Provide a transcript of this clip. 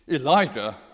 Elijah